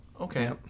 Okay